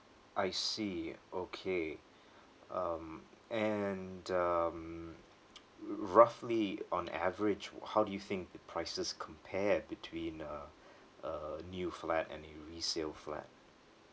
I see okay um and um r~ roughly on average wh~ how do you think the prices compare between uh a new flat and a resale flat